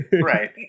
right